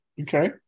Okay